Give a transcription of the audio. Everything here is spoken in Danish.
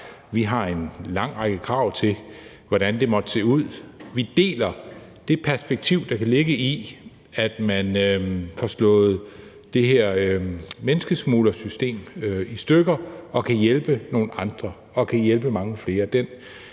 Vi har en lang række krav til, hvordan det måtte se ud. Vi deler det perspektiv, der kan ligge i, at man får slået det her menneskesmuglersystem i stykker og kan hjælpe nogle andre og kan hjælpe mange flere. Det